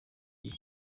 gihe